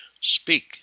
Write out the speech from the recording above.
Speak